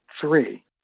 Three